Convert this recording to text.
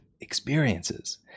experiences